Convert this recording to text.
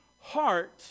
heart